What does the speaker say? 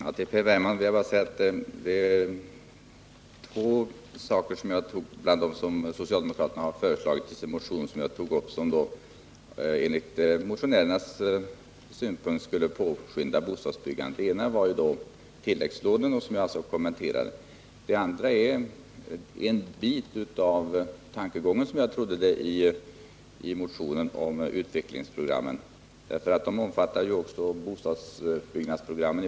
Herr talman! Jag tog upp två ting som socialdemokraterna föreslagit i sin motion och som enligt motionärernas mening skulle påskynda bostadsbyggandet. Det ena var tilläggslånen, som jag alltså kommenterade. Det andra var en del av tankegången, som jag uppfattade den, i motionen om ett utvecklingsprogram. Detta omfattar också det kommunala bostadsbyggnadsprogrammet.